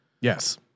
Yes